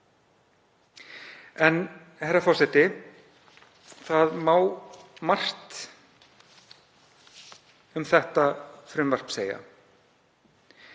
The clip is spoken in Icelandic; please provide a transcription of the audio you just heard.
Herra forseti. Það má margt um þetta frumvarp segja